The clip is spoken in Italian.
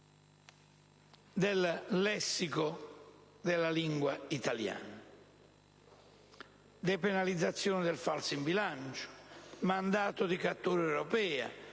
del lessico della lingua italiana. Depenalizzazione del falso in bilancio; mandato di cattura europeo;